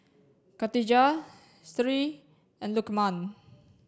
khatijah Sri and Lukman